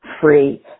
free